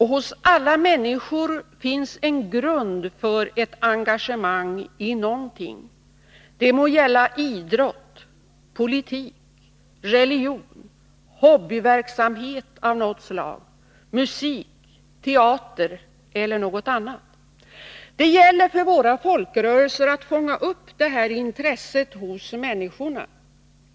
Hos alla människor finns en grund för ett engagamang i någonting. Det må gälla idrott, politik, religion, hobbyverksamhet av något slag, musik, teater eller något annat. Det gäller för våra folkrörelser att fånga upp detta intresse hos människorna.